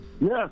Yes